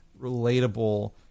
relatable